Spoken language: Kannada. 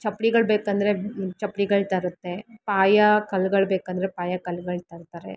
ಚಪ್ಡಿಗಳು ಬೇಕಂದರೆ ಚಪ್ಡಿಗಳು ತರುತ್ತೆ ಪಾಯಾ ಕಲ್ಗಳು ಬೇಕಂದರೆ ಪಾಯ ಕಲ್ಗಳು ತರ್ತಾರೆ